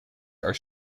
are